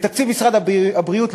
ותקציב משרד הבריאות,